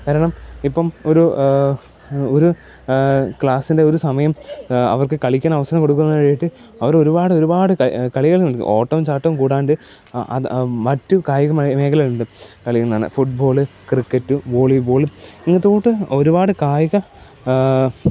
കാരണം ഇപ്പം ഒരു ഒരു ക്ളാസ്സിലെ ഒരു സമയം അവർക്ക് കളിക്കാൻ അവസരം കൊടുക്കുന്നതിന് വേണ്ടിയിട്ട് ആവർ ഒരുപാട് ഒരുപാട് കളികൾ നൽകും ഓട്ടവും ചാട്ടവും കൂടാണ്ട് അത് മറ്റ് കായിക മേഖലകൾ ഉണ്ട് കളികളാണ് ഫുട്ബാള് ക്രിക്കറ്റ് വോളിബോള് ഒരുപാട് കായിക